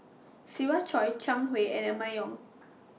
Siva Choy Zhang Hui and Emma Yong